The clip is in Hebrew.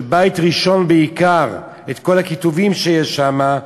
של בית ראשון בעיקר, את כל הכיתובים שיש שם,